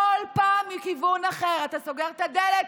כל פעם מכיוון אחר: אתה סוגר את הדלת,